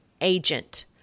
agent